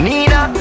Nina